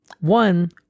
One